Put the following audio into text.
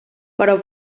però